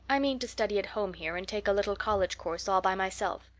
i mean to study at home here and take a little college course all by myself.